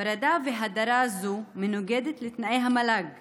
הפרדה והדרה זו מנוגדות לתנאי המל"ג